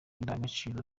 indangagaciro